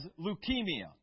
leukemia